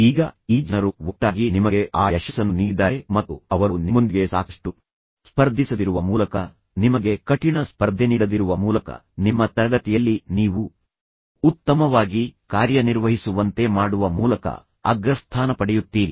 ಈಗ ಈ ಜನರು ಒಟ್ಟಾಗಿ ನಿಮಗೆ ಆ ಯಶಸ್ಸನ್ನು ನೀಡಿದ್ದಾರೆ ಮತ್ತು ಅವರು ನಿಮ್ಮೊಂದಿಗೆ ಸಾಕಷ್ಟು ಸ್ಪರ್ಧಿಸದಿರುವ ಮೂಲಕ ನಿಮಗೆ ಕಠಿಣ ಸ್ಪರ್ಧೆನೀಡದಿರುವ ಮೂಲಕ ನಿಮ್ಮ ತರಗತಿಯಲ್ಲಿ ನೀವು ಅಥವಾ ನಿಮಗೆ ಅಗತ್ಯವಿರುವ ರೀತಿಯ ಸ್ಪರ್ಧೆಯನ್ನು ನೀಡುವಲ್ಲಿ ನೀವು ಉತ್ತಮವಾಗಿ ಕಾರ್ಯನಿರ್ವಹಿಸುವಂತೆ ಮಾಡುವ ಮೂಲಕ ಅಗ್ರಸ್ಥಾನ ಪಡೆಯುತ್ತೀರಿ